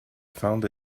found